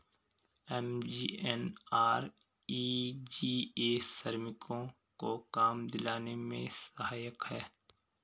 MGNREGA श्रमिकों को काम दिलाने में सहायक है